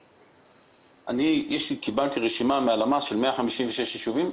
אני קיבלתי רשימה מהלמ"ס של 156 יישובים,